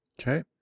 Okay